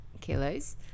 kilos